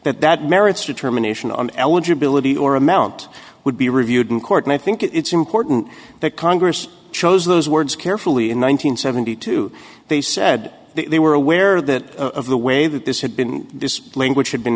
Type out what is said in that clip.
that that merits determination on eligibility or amount would be reviewed in court and i think it's important that congress chose those words carefully in one nine hundred seventy two they said they were aware that the way that this had been this language had been